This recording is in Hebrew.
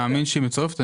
אני מאמין שהיא מצורפת,